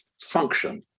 function